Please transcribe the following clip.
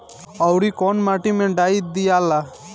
औवरी कौन माटी मे डाई दियाला?